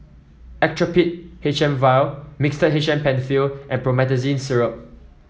Actrapid H M vial Mixtard H M Penfill and Promethazine Syrup